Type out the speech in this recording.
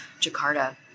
Jakarta